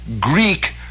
Greek